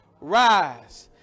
rise